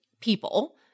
people